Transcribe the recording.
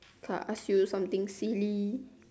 ah ask you something silly